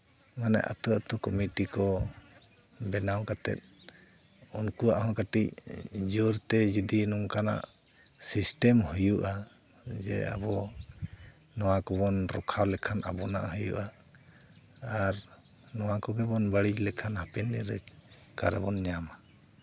ᱢᱟᱱᱮ ᱟᱛᱳ ᱟᱛᱳ ᱠᱚᱢᱤᱴᱤ ᱠᱚ ᱵᱮᱱᱟᱣ ᱠᱟᱛᱮ ᱩᱱᱠᱩᱣᱟᱜ ᱦᱚᱸ ᱠᱟᱹᱴᱤᱡ ᱡᱳᱨᱛᱮ ᱡᱩᱫᱤ ᱱᱚᱝᱠᱟᱱᱟᱜ ᱥᱤᱥᱴᱮᱢ ᱦᱩᱭᱩᱜᱼᱟ ᱡᱮ ᱟᱵᱚ ᱱᱚᱣᱟ ᱠᱚᱵᱚᱱ ᱨᱚᱠᱠᱷᱟ ᱞᱮᱠᱷᱟᱱ ᱟᱵᱚᱱᱟᱜ ᱦᱩᱭᱩᱜᱼᱟ ᱟᱨ ᱱᱚᱣᱟ ᱠᱚᱜᱮ ᱵᱚᱱ ᱵᱟᱹᱲᱤᱡ ᱞᱮᱠᱷᱟᱱ ᱦᱟᱯᱮᱱ ᱫᱤᱱ ᱨᱮ ᱚᱠᱟ ᱨᱮᱵᱚᱱ ᱧᱟᱢᱟ